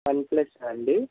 వన్ప్లస్సా అండి